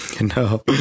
No